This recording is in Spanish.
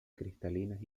cristalinas